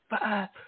five